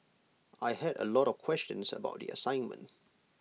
I had A lot of questions about the assignment